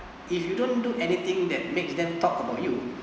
if you don't do anything that makes them talk about you